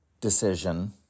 decision